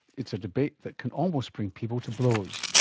it's a debate that can almost bring people to blows.